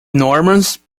normans